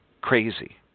crazy